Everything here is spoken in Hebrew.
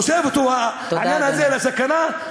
העניין הזה חושף אותו לסכנה, תודה, אדוני.